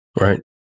Right